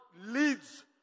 leads